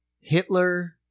Hitler